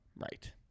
Right